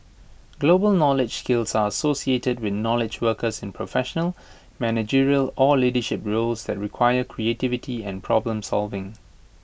global knowledge skills are associated with knowledge workers in professional managerial or leadership roles that require creativity and problem solving